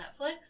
Netflix